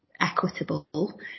equitable